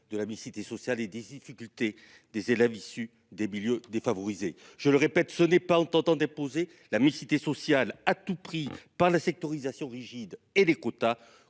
de la mixité sociale et des difficultés des élèves issus des milieux défavorisés, je le répète, ce n'est pas en tentant d'imposer la mixité sociale à tout prix par la sectorisation rigide et les quotas